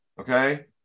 Okay